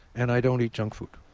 and i don't eat junk food.